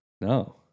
No